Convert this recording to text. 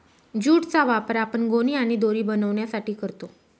jute चा वापर आपण गोणी आणि दोरी बनवण्यासाठी करतो